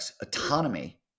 autonomy